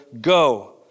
go